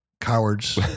cowards